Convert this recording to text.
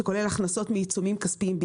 שכוללים הכנסות מעיצומים כספיים,